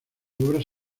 obras